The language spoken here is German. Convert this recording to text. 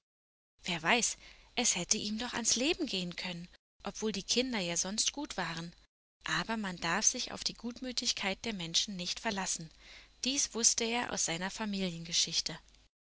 wer weiß es hätte ihm doch ans leben gehen können obwohl die kinder ja sonst gut waren aber man darf sich auf die gutmütigkeit der menschen nicht verlassen dies wußte er aus seiner familiengeschichte